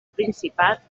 principat